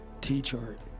T-chart